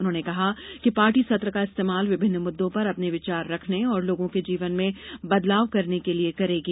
उन्होंने कहा कि पार्टी सत्र का इस्तेमाल विभिन्न मुद्दों पर अपने विचार रखने और लोगों के जीवन में बदलाव करने के लिए करेगी